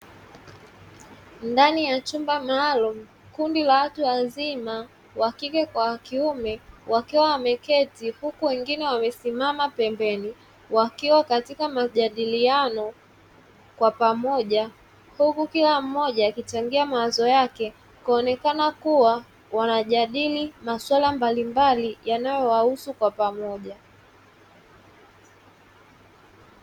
Ndani ya chumba maalumu, kundi la watu wazima wa kike kwa wa kiume wakiwa wameketi, huku wengine wamesimama pembeni. Wakiwa katika majadiliano kwa pamoja, huku kila mmoja akichangia mawazo yake, kuonekana kuwa wanajadili masuala mbalimbali yanayowahusu kwa pamoja.